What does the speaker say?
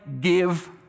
give